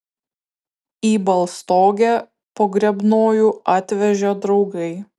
į baltstogę pogrebnojų atvežė draugai